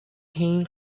team